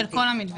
של כל המתווה.